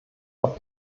auf